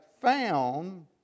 found